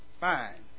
Fine